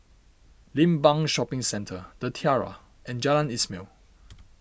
Limbang Shopping Centre the Tiara and Jalan Ismail